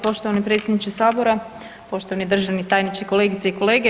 Poštovani predsjedniče Sabora, poštovani državni tajniče, kolegice i kolege.